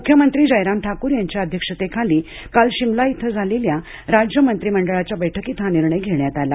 मुख्यमंत्री जयराम ठाकूर यांच्या अध्यक्षतेखाली काल शिमला इथं झालेल्या राज्य मंत्रिमंडळाच्या बैठकीत हा निर्णय घेण्यात आला